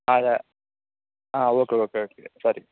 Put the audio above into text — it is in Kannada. ಹಾಗ ಹಾಂ ಓಕೆ ಓಕೆ ಓಕೆ ಸರಿ